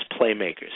playmakers